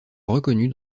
reconnue